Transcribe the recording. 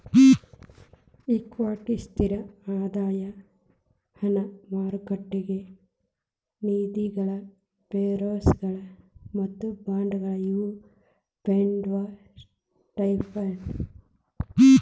equity ಸ್ಥಿರ ಆದಾಯ ಹಣ ಮಾರುಕಟ್ಟೆ ನಿಧಿಗಳ ಷೇರುಗಳ ಮತ್ತ ಬಾಂಡ್ಗಳ ಇವು ಫಂಡ್ಸ್ ಟೈಪ್ಸ್